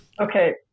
Okay